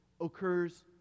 occurs